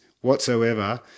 whatsoever